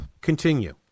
Continue